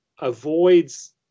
avoids